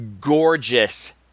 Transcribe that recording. gorgeous